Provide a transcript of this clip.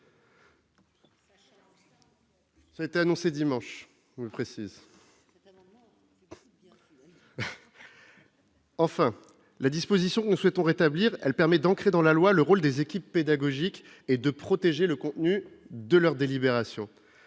Enfin, la disposition nous souhaitons rétablir, elle permet d'ancrer dans la loi, le rôle des équipes pédagogiques et de protéger le contenu de leurs délibérations,